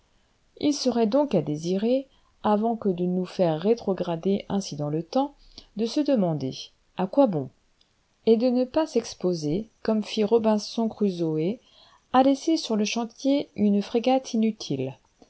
il serait donc à désirer avant que de nous faire rétrograder ainsi dans le temps de se demander à quoi bon et de ne pas s'exposer comme fit robinson crusoé à laisser sur le chantier une frégate inutile